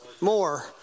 More